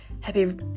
happy